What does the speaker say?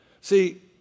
See